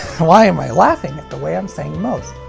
why am i laughing at the way i'm saying most?